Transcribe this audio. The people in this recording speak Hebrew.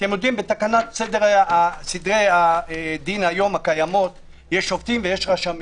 בתקנות סדרי הדין הקיימות יש שופטים ויש רשמים.